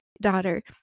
daughter